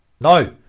No